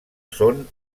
són